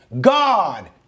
God